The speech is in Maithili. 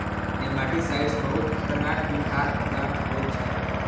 नेमाटिसाइड्स बहुत खतरनाक बिखाह पदार्थ होइ छै